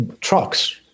trucks